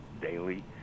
daily